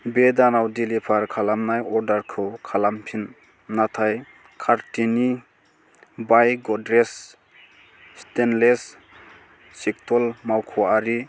बे दानाव डेलिभार खालामनाय अर्डारखौ खालामफिन नाथाय खार्तिनि बाय गड्रेस स्टेनलेस स्टिल मावख'आरि